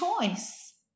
choice